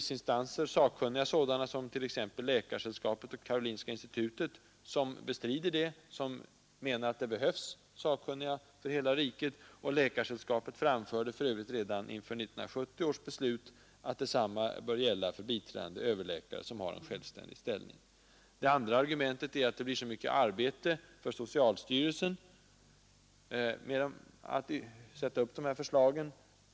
Det finns sakkunniga remissinstanser, t.ex. Läkarsällskapet och Karolinska institutet, som bestrider det och menar att det behövs sakkunniga för hela riket. Läkarsällskapet framförde för övrigt redan inför 1970 års beslut att detsamma bör gälla för biträdande överläkare, eftersom de har en självständig ställning. Det andra argumentet är att det blir så mycket arbete för socialstyrelsen med att sätta upp förslagen.